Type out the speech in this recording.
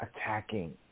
attacking